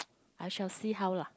I shall see how lah